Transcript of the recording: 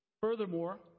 Furthermore